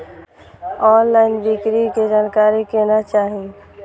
Online बिक्री के जानकारी केना चाही?